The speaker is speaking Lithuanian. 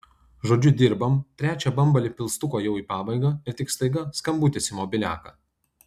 žodžiu dirbam trečią bambalį pilstuko jau į pabaigą ir tik staiga skambutis į mobiliaką